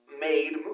made